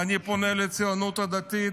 ואני פונה לציונות הדתית,